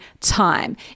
time